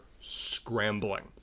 scrambling